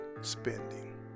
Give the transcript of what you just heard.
spending